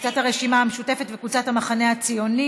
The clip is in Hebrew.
קבוצת סיעת הרשימה המשותפת וקבוצת סיעת המחנה הציוני.